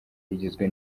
igizwe